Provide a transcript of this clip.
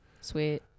sweet